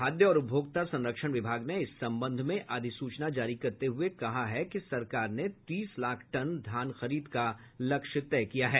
खाद्य और उपभोक्ता संरक्षण विभाग ने इस संबंध में अधिसूचना जारी करते हुए कहा है कि सरकार ने तीस लाख टन धान खरीद का लक्ष्य तय किया है